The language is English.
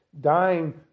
dying